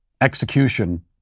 execution